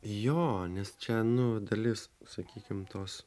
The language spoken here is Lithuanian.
jo nes čia nu dalis sakykim tos